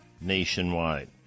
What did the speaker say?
nationwide